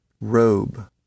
robe